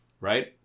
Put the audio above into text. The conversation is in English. right